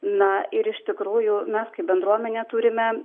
na ir iš tikrųjų mes kaip bendruomenė turime